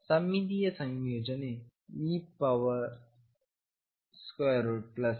ಸಮ್ಮಿತೀಯ ಸಂಯೋಜನೆ ee ಆಗಲಿದೆ